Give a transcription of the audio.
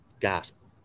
gospel